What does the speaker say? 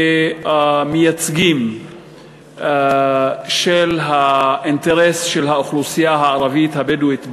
כמייצגים של האינטרס של האוכלוסייה הערבית-הבדואית בנגב,